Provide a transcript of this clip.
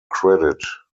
credit